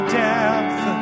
depth